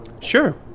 Sure